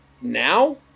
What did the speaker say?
now